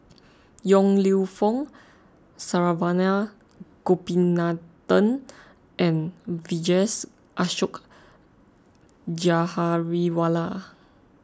Yong Lew Foong Saravanan Gopinathan and Vijesh Ashok Ghariwala